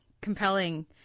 compelling